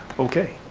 okay.